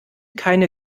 keine